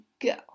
go